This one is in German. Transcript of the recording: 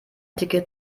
ticket